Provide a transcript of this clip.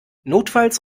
notfalls